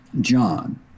John